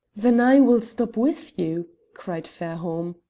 then i will stop with you, cried fairholme.